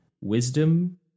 wisdom